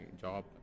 job